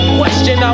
question